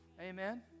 amen